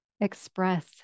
express